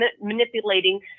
manipulating